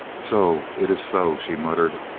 so. it is so, she muttered.